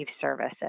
services